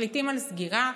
מחליטים על סגירה,